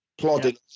plodding